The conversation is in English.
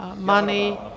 money